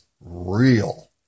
real